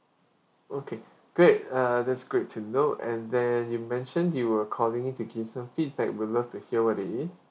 okay great uh that's great to know and then you mentioned you were calling in to give some feedback we'd love to hear what it is